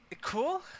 Cool